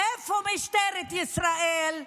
איפה משטרת ישראל?